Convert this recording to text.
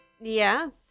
Yes